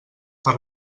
per